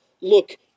look